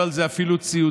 עברו רק שבועיים,